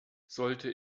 sollte